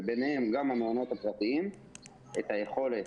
וביניהם גם המעונות הפרטיים את היכולת